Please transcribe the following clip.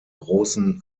großen